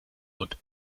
und